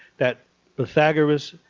that pythagoras,